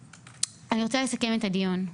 אני רוצה לסכם את הדיון.